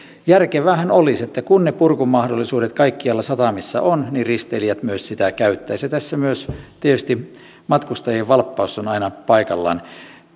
järkeväähän olisi että kun ne purkumahdollisuudet kaikkialla satamissa ovat niin risteilijät niitä myös käyttäisivät ja tässä myös tietysti matkustajien valppaus on aina paikallaan